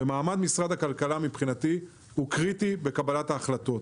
מבחינתי המעמד של משרד הכלכלה הוא קריטי בקבלת ההחלטות.